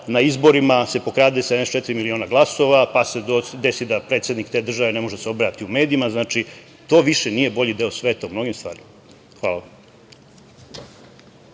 na izborima pokrade 74 miliona glasova, pa se desi da predsednik te države ne može da se obrati u medijima. Znači, to više nije bolji deo sveta u mnogim stvarima. Hvala.